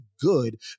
good